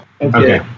Okay